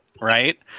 Right